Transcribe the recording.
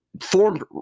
formed